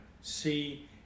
see